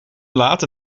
late